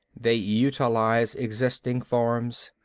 they utilize existing forms.